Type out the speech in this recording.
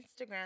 Instagram